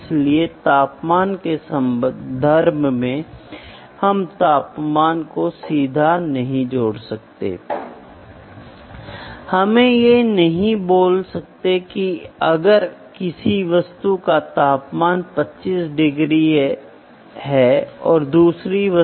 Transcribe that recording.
इसलिए जब आप माप के तरीकों के बारे में बात करते हैं तो दो प्रकार के माप होते हैं एक को डायरेक्ट मेजरमेंट के रूप में कहा जाता है दूसरे को इनडायरेक्ट मेजरमेंट के रूप में कहा जाता है